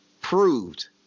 proved